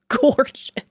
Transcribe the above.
gorgeous